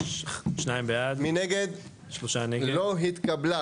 3 נמנעים, 0 הרביזיה לא התקבלה.